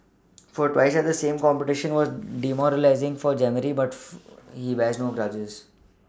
fail twice at the same competition were demoralising for Jeremy but he bears no grudges